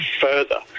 further